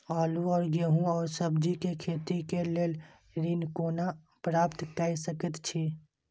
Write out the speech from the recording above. आलू और गेहूं और सब्जी के खेती के लेल ऋण कोना प्राप्त कय सकेत छी?